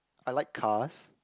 I like cars